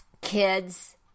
kids